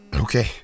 Okay